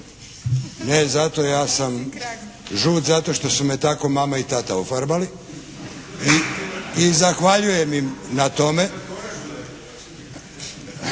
Ne zato. Ja sam žut zato što su me tako mama i tata ofarbali i zahvaljujem im na tome.